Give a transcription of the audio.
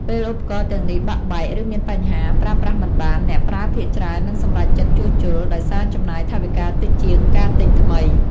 ពេលឧបករណ៍ទាំងនេះបាក់បែក ឬមានបញ្ហា ប្រើប្រាស់មិនបាន អ្នកប្រើភាគច្រើននឹងសម្រេចចិត្តជួសជុល ដោយសារចំណាយថវិកាតិចជាងការទិញថ្មី។